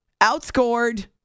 out-scored